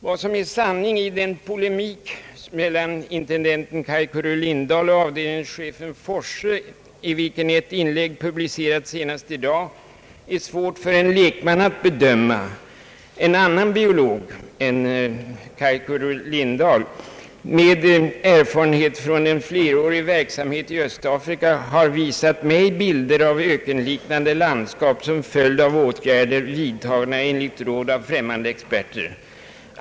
Vad som är sanning i polemiken mel lan intendenten Kai Curry-Lindahl och avdelningschefen Anders Forsse — ett inlägg i denna har publicerats senast i dag — är svårt för en lekman att bedöma. En annan biolog med erfarenhet från en flerårig verksamhet i Östafrika har visat mig bilder av ökenliknande landskap, som uppstått efter åtgärder som vidtagits enligt råd av främmande experter.